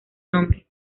nombre